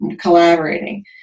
collaborating